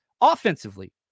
offensively